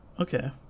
okay